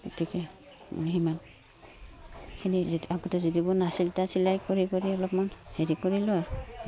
গতিকে সিমানখিনি আগতে যিবোৰ নাছিল এতিয়া চিলাই কৰি কৰি অলপমান হেৰি কৰিলোঁ আৰু